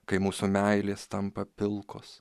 kai mūsų meilės tampa pilkos